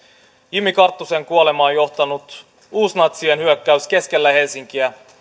jimi karttusen kuolemaan johtanut uusnatsien hyökkäys keskellä helsinkiä